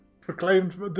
proclaimed